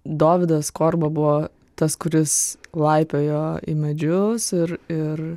dovydas korba buvo tas kuris laipiojo į medžius ir ir